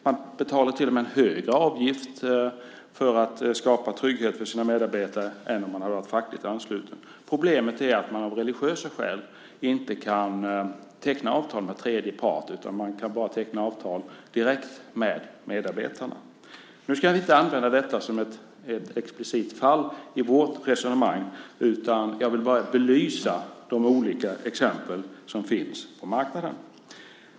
Man betalar till och med en högre avgift för att skapa trygghet för sina medarbetare än om man hade varit fackligt ansluten. Problemet är att man av religiösa skäl inte kan teckna avtal med tredje part, utan bara direkt med medarbetarna. Nu ska vi inte använda detta som ett explicit fall i vårt resonemang, utan jag vill bara belysa de olika exempel som finns på marknaden.